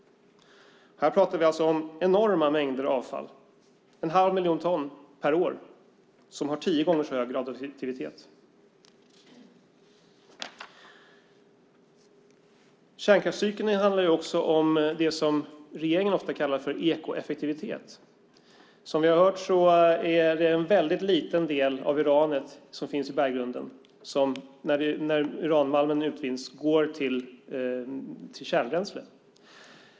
Här pratar vi alltså om enorma mängder avfall - en halv miljon ton per år - som har tio gånger så hög radioaktivitet. Kärnkraftscykeln handlar också om det som regeringen ofta kallar för ekoeffektivitet. Som vi har hört är det en väldigt liten del av det uran som finns i berggrunden som går till kärnbränsle när uranmalmen utvinns.